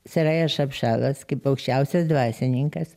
seraja šapšalas kaip aukščiausias dvasininkas